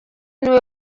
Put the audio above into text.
niwe